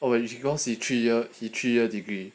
when he got C three year he three year degree